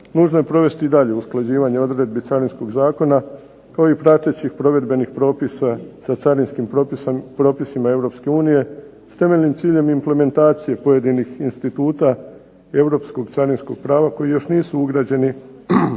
nužno je provesti daljnje usklađivanje odredbi Carinskog zakona, kao i pratećih provedbenih propisa sa carinskim propisima Europske unije s temeljnim ciljem implementacije pojedinih instituta europskog carinskog prava koji još nisu ugrađeni